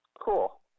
Cool